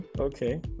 Okay